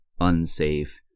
unsafe